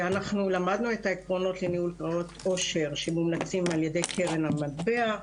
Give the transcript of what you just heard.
אנחנו למדנו את עקרונות לניהול קרנות עושר שמומלצים על ידי קרן המטבע,